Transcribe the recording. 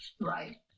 Right